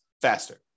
faster